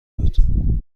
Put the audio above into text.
بود